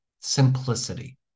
Simplicity